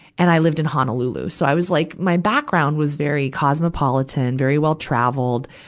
and i lived in honolulu. so i was like, my background was very cosmopolitan, very well-traveled.